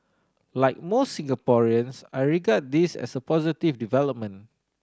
like most Singaporeans I regard this as a positive development